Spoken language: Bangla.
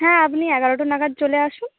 হ্যাঁ আপনি এগারোটা নাগাদ চলে আসুন